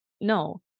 No